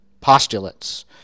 postulates